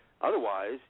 Otherwise